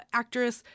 actress